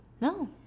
no